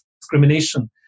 discrimination